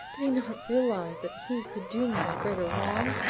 did he not realize that he could do me no greater wrong?